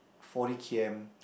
forty k_m